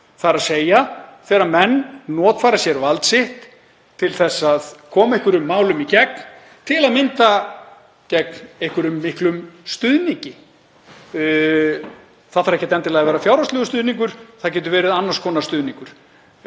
mútur, þ.e. þegar menn notfæra sér vald sitt til að koma einhverjum málum í gegn, til að mynda gegn einhverjum miklum stuðningi. Það þarf ekkert endilega að vera fjárhagslegur stuðningur, það getur verið annars konar stuðningur.